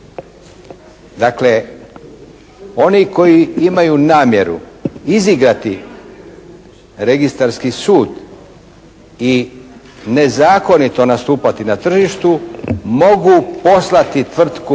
Dakle oni koji imaju namjeru izigrati registarski sud i nezakonito nastupati na tržištu mogu poslati tvrtku